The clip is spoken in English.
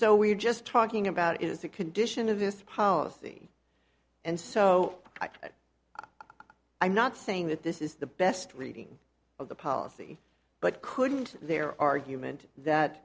we're just talking about is a condition of this policy and so i'm not saying that this is the best reading of the policy but couldn't their argument that